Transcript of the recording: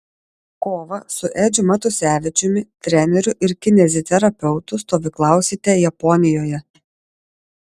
kovą su edžiu matusevičiumi treneriu ir kineziterapeutu stovyklausite japonijoje